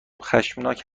خشمناک